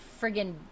friggin